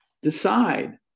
decide